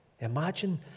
Imagine